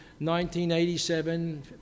1987